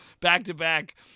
back-to-back